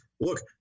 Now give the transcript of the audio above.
look